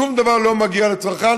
שום דבר לא מגיע לצרכן,